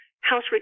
House